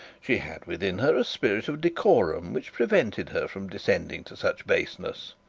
she had within her a spirit of decorum which prevented her from descending to such baseness.